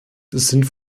sind